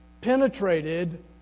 penetrated